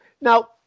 Now